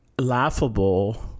laughable